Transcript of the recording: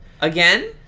Again